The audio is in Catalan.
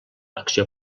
acció